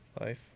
Life